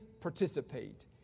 participate